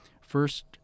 first